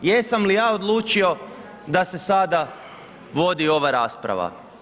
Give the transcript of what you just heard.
Jesam li ja odlučio da se sada vodi ova rasprava?